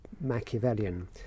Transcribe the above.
Machiavellian